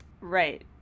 Right